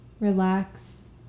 relax